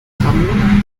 ramona